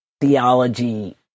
theology